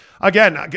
Again